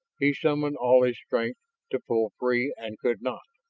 he summoned all his strength to pull free and could not.